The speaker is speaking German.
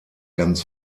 ganz